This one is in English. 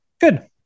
Good